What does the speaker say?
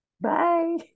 bye